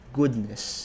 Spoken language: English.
goodness